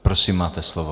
Prosím, máte slovo.